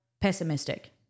pessimistic